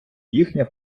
їхня